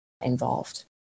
involved